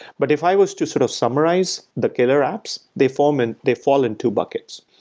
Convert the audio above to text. but if i was to sort of summarize the killer apps, they fall um and they fall in two buckets.